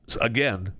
again